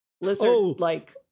lizard-like